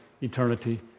Eternity